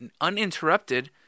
uninterrupted